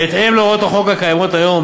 בהתאם להוראות החוק הקיימות היום,